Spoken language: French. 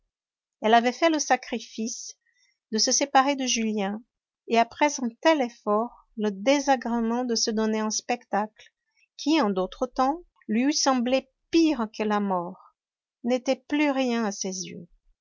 elle avait fait le sacrifice de se séparer de julien et après un tel effort le désagrément de se donner en spectacle qui en d'autres temps lui eût semblé pire que la mort n'était plus rien à ses yeux